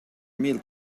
mil